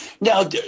Now